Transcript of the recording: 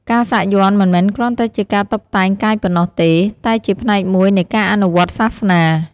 ការសាក់យ័ន្តមិនមែនគ្រាន់តែជាការតុបតែងកាយប៉ុណ្ណោះទេ តែជាផ្នែកមួយនៃការអនុវត្តន៍សាសនា។